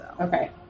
Okay